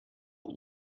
here